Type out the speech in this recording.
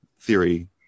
theory